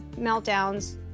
meltdowns